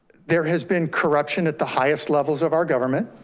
there has been corruption at the highest levels of our government.